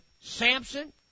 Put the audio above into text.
Samson